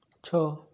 ଛଅ